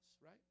right